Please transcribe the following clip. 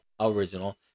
original